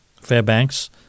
Fairbanks